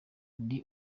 ndi